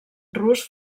rus